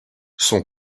son